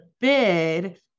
bid